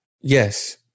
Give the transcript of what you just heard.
Yes